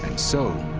so